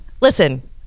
Listen